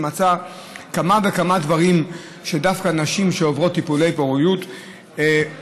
היא ממצה כמה וכמה דברים שדווקא נשים שעוברות טיפולי פוריות מקופחות,